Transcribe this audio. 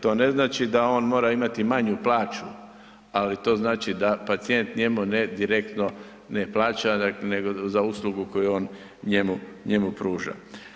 To ne znači da on mora imati manju plaću, ali to znači da pacijent njemu ne direktno ne plaća, nego za uslugu koju on njemu, njemu pruža.